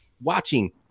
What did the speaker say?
watching